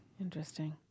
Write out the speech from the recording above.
Interesting